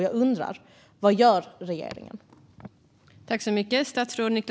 Jag undrar vad regeringen gör.